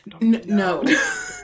No